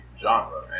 genre